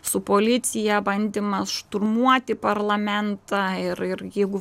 su policija bandymas šturmuoti parlamentą ir ir jeigu